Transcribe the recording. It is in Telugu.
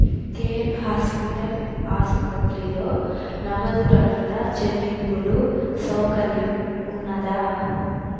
కేర్ హాస్పిటల్ ఆసుపత్రిలో నగదురహిత చెల్లింపుల సౌకర్యం ఉన్నదా